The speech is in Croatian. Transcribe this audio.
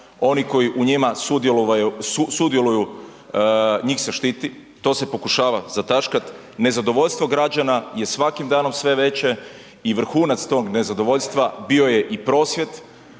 oni koji u njima sudjeluju njih se štiti, to se pokušava zataškat. Nezadovoljstvo građana je svakim danom sve veće i vrhunac tog nezadovoljstva bio je i prosvjed